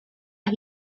las